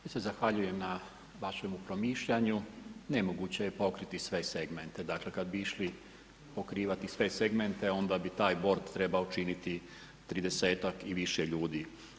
Ja se zahvaljujem na vašemu promišljanju, nemoguće je pokriti sve segmente, dakle kada bi išli pokrivati sve segmente, onda bi taj bord trebao činiti 30-ak i više ljudi.